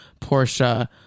Portia